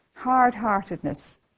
Hard-heartedness